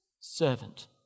servant